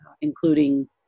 including